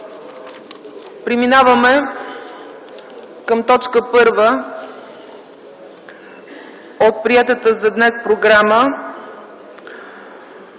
Преминаваме към точка първа от приетата програма